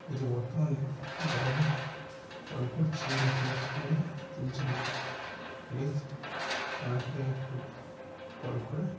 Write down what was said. এটি বর্তমানে ড্রাইভারকে কল করছি উনি তলছে উনিই তুলছে না প্লিজ ওনাকে একটু কল করে